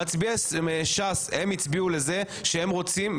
מצביעי ש"ס הצביעו לזה שהם רוצים,